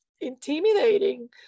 intimidating